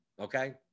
Okay